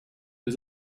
was